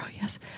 yes